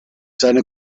seine